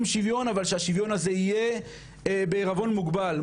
שיהיה שוויון אבל שהשוויון הזה יהיה בעירבון מוגבל,